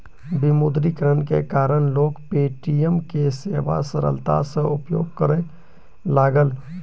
विमुद्रीकरण के कारण लोक पे.टी.एम के सेवा सरलता सॅ उपयोग करय लागल